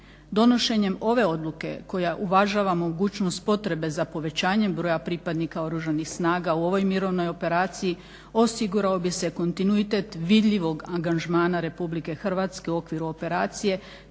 Donošenjem ove odluke koja uvažava mogućnost potrebe za povećanjem broja pripadnika Oružanih snaga u ovoj mirovnoj operaciji osigurao bi se kontinuitet vidljivog angažmana RH u okviru operacije,